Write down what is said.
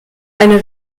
eine